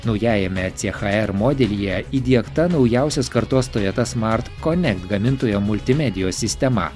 naujajame c cha r modelyje įdiegta naujausios kartos tojota smart konekt gamintojo multimedijos sistema